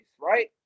right